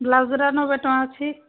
ବ୍ଳାଉଜ୍ଟା ନବେ ଟଙ୍କା ଅଛି